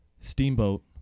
Steamboat